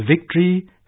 victory